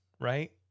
right